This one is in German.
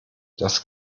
das